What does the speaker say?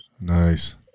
Nice